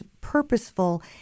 purposeful